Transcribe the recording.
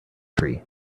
tree